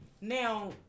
Now